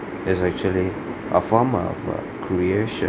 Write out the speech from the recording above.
is actually a form of uh creation